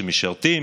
שמשרתים,